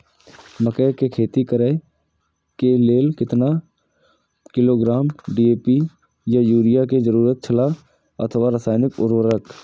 मकैय के खेती करे के लेल केतना किलोग्राम डी.ए.पी या युरिया के जरूरत छला अथवा रसायनिक उर्वरक?